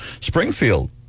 Springfield